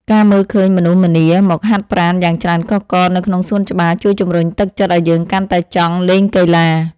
ការមើលឃើញមនុស្សម្នាមកហាត់ប្រាណយ៉ាងច្រើនកុះករនៅក្នុងសួនច្បារជួយជម្រុញទឹកចិត្តឱ្យយើងកាន់តែចង់លេងកីឡា។